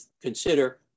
consider